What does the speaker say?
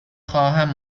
خواهم